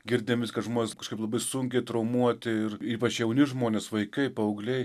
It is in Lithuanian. girdim vis kad žmonės kažkaip labai sunkiai traumuoti ir ypač jauni žmonės vaikai paaugliai